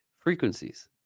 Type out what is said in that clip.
frequencies